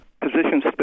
position